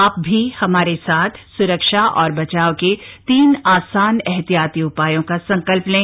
आप भी हमारे साथ स्रक्षा और बचाव के तीन आसान एहतियाती उपायों का संकल्प लें